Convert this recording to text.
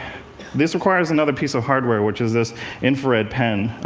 this requires another piece of hardware, which is this infrared pen.